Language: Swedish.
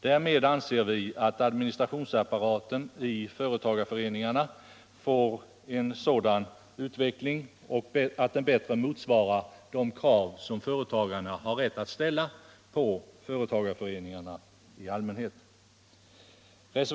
Därmed anser vi att administrationsapparaten i företagareföreningarna får en sådan utveckling att den bättre bör motsvara de krav företagarna har rätt att ställa på företagareföreningarna i allmänhet.